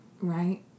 right